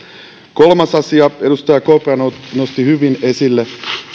kolmas asia edustaja kopra nosti hyvin esille